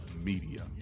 media